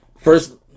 First